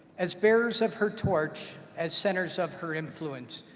as bearers of her torch, as centers of her influence.